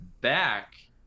...back